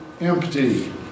empty